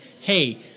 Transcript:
hey